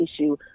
issue